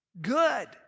good